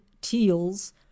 teals